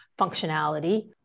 functionality